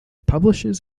publishes